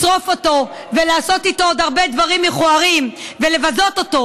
לשרוף אותו ולעשות איתו עוד הרבה דברים מכוערים ולבזות אותו,